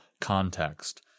context